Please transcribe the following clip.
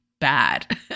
bad